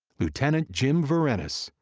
lieutenant jim verinis,